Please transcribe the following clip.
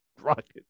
rocket